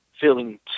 feeling